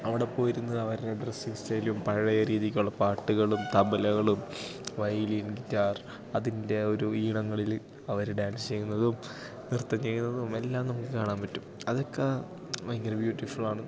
അവിടെപ്പോയിരുന്നു അവരുടെ ഡ്രസ്സിങ് സ്റ്റൈലും പഴയ രീതിക്കുള്ള പാട്ടുകളും തബലകളും വയലിൻ ഗിറ്റാർ അതി ൻ്റെ ആ ഒരു ഈണങ്ങളില് അവര് ഡാൻസ് ചെയ്യുന്നതും നൃത്തം ചെയ്യുന്നതും എല്ലാം നമുക്ക് കാണാൻ പറ്റും അതൊക്കെ ഭയങ്കര ബ്യൂട്ടിഫുള്ളാണ്